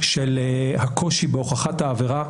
של הקושי בהוכחת העבירה.